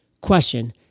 Question